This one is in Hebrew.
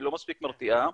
והיא לא מספיק מרתיעה,